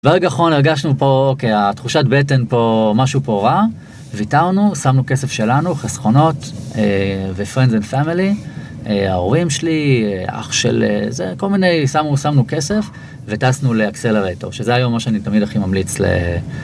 ברגע אחרון הרגשנו פה, כי התחושת בטן פה, משהו פה רע, ויתרנו, שמנו כסף שלנו, חסכונות ו-friends and family, אה.. ההורים שלי, אח של אה.. זה, כל מיני, שמו, שמנו כסף, וטסנו לאקסלרטור, שזה היום מה שאני תמיד הכי ממליץ ל...